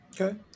Okay